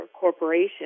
corporation